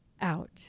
out